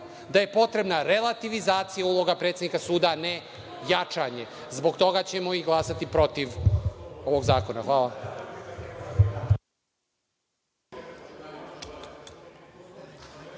da je potrebna relativizacija uloga predsednika suda, a ne jačanje. Zbog toga ćemo i glasati protiv ovog zakona. Hvala.